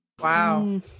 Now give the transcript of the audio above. wow